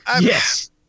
Yes